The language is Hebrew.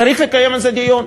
צריך לקיים על זה דיון,